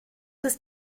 ist